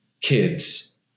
kids